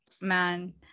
man